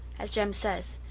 as jem says,